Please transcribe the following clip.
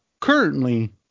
Currently